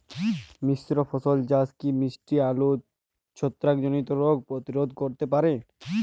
মিশ্র ফসল চাষ কি মিষ্টি আলুর ছত্রাকজনিত রোগ প্রতিরোধ করতে পারে?